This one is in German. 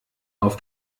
auf